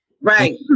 Right